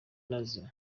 nazo